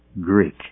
Greek